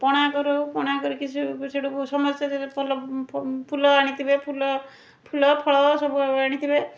ପଣା କରୁ ପଣା କରିକି ସବୁ ସେଇଠୁ ସମସ୍ତେ ଫୁଲ ଆଣିଥିବେ ଫୁଲ ଫୁଲଫଳ ସବୁ ଆଣିଥିବେ